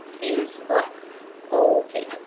these look okay.